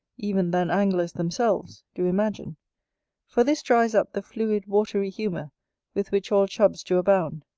even than anglers themselves, do imagine for this dries up the fluid watery humour with which all chubs do abound.